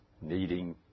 needing